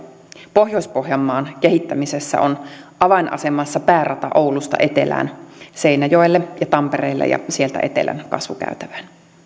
pohjois pohjanmaan kehittämisessä on avainasemassa päärata oulusta etelään seinäjoelle ja tampereelle ja sieltä etelän kasvukäytävään